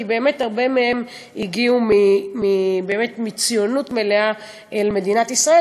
כי הרבה מהם הגיעו מציונות מלאה אל מדינת ישראל,